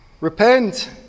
Repent